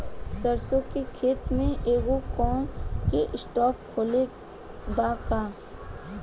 सरसों के खेत में एगो कोना के स्पॉट खाली बा का?